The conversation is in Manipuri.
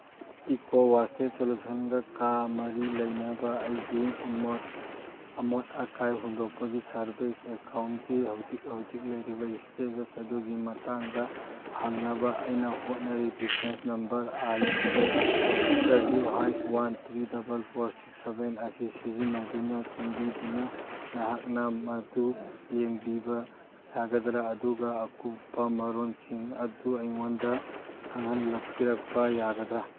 ꯏꯀꯣ ꯋꯥꯁꯇꯦꯠ ꯁꯣꯂꯨꯁꯟꯒ ꯃꯔꯤ ꯂꯩꯅꯕ ꯑꯩꯒꯤ ꯑꯃꯣꯠ ꯑꯀꯥꯏ ꯍꯨꯟꯗꯣꯛꯄꯒꯤ ꯁꯥꯔꯚꯤꯁ ꯑꯦꯀꯥꯎꯟꯒꯤ ꯍꯧꯖꯤꯛ ꯍꯧꯖꯤꯛ ꯂꯩꯔꯤꯕ ꯏꯁꯇꯦꯇꯁ ꯑꯗꯨꯒꯤ ꯃꯇꯥꯡꯗ ꯍꯪꯅꯕ ꯑꯩꯅ ꯍꯣꯠꯅꯔꯤ reference number I P W hash one three double four six seven ꯑꯁꯤ ꯁꯤꯖꯤꯟꯅꯗꯨꯅ ꯆꯥꯟꯕꯤꯗꯨꯅ ꯅꯍꯥꯛꯅ ꯃꯗꯨ ꯌꯦꯡꯕꯤꯕ ꯌꯥꯒꯗ꯭ꯔ ꯑꯗꯨꯒ ꯑꯀꯨꯞꯄ ꯃꯔꯣꯟꯁꯤꯡ ꯑꯗꯨ ꯑꯩꯉꯣꯟꯗ ꯈꯪꯍꯟꯕꯤꯔꯛꯄ ꯌꯥꯒꯗ꯭ꯔ